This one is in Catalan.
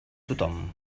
tothom